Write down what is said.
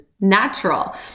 natural